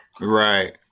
right